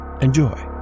Enjoy